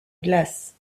glace